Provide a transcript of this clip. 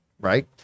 Right